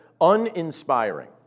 uninspiring